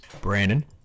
Brandon